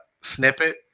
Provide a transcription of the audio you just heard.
snippet